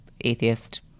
atheist